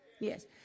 Yes